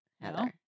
Heather